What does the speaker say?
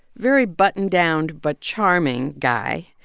very buttoned-down but charming guy.